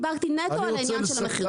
דיברתי נטו על העניין של המחיר.